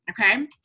Okay